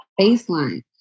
baseline